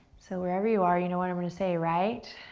so wherever you are, you know what i'm gonna say, right?